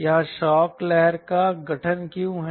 यहां शौक लहर का गठन क्यों है